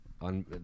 on